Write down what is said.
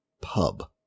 pub